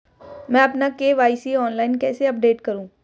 मैं अपना KYC online कैसे अपडेट करूँ?